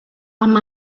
amb